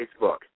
Facebook